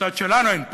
בצד שלנו אין פרטנר.